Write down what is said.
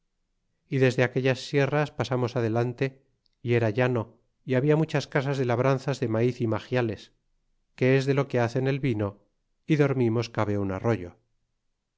y desde aquellas sierras pasamos adelante y era llano y habia muchas casas de labranzas de maiz y magiales que es de lo que hacen el vino y dormimos cabe un arroyo